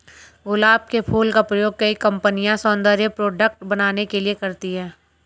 गुलाब के फूल का प्रयोग कई कंपनिया सौन्दर्य प्रोडेक्ट बनाने के लिए करती है